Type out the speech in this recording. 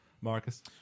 Marcus